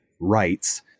rights